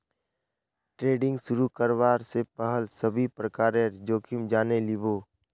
trading शुरू करवा स पहल सभी प्रकारेर जोखिम जाने लिबो